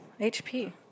HP